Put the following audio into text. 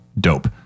dope